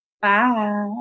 Bye